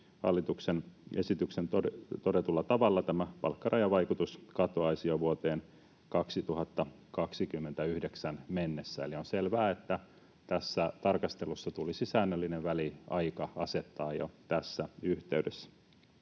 hallituksen esityksessä todetulla tavalla tämä palkkarajavaikutus katoaisi jo vuoteen 2029 mennessä, eli on selvää, että tässä tarkastelussa tulisi säännöllinen väliaika asettaa jo tässä yhteydessä.